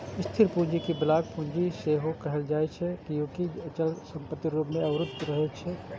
स्थिर पूंजी कें ब्लॉक पूंजी सेहो कहल जाइ छै, कियैकि ई अचल संपत्ति रूप मे अवरुद्ध रहै छै